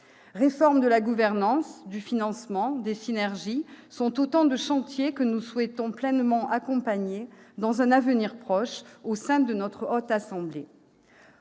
Réforme de la gouvernance, du financement, des synergies : autant de chantiers que nous souhaitons pleinement accompagner dans un avenir proche au sein de la Haute Assemblée.